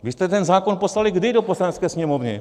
Vy jste ten zákon poslali kdy do Poslanecké sněmovny?